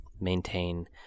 maintain